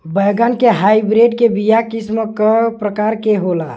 बैगन के हाइब्रिड के बीया किस्म क प्रकार के होला?